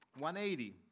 180